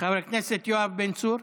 חבר הכנסת יואב בן צור.